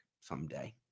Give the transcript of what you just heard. someday